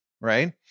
right